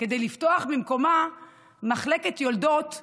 כדי לפתוח במקומה מחלקת יולדות קורונה,